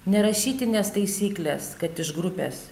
nerašytinės taisyklės kad iš grupės